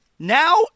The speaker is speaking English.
Now